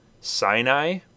Sinai